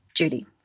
Judy